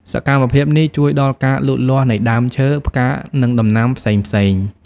សកម្មភាពនេះជួយដល់ការលូតលាស់នៃដើមឈើ ផ្កា និងដំណាំផ្សេងៗ។